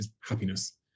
happiness